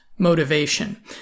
motivation